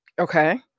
okay